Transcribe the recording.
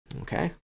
Okay